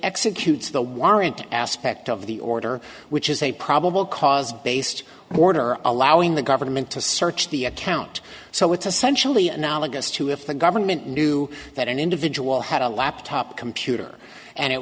executes the warrant aspect of the order which is a probable cause based order allowing the government to search the account so it's essentially analogous to if the government knew that an individual had a laptop computer and it